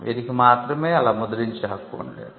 వీరికి మాత్రమే అలా ముద్రించే హక్కు ఉండేది